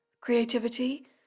creativity